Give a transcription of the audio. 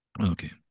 Okay